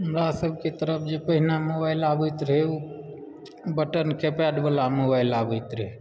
हमरा सभकेँ तरफ जे पहिने मोबाइल आबैत रहय ओ बटन कीपैडवला मोबाइल आबैत रहय